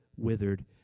withered